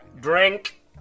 drink